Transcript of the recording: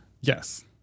yes